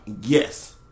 yes